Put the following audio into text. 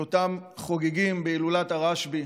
על אותם חוגגים בהילולת הרשב"י.